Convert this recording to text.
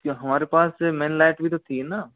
अच्छा हमारे पास ये मेन लाइट भी तो थी ना